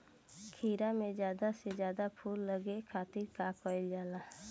खीरा मे ज्यादा से ज्यादा फूल लगे खातीर का कईल जाला?